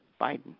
Biden